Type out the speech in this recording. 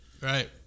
Right